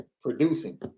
producing